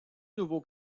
nouveaux